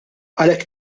għalhekk